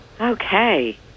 Okay